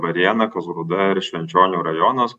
varėna kazlų rūda ir švenčionių rajonas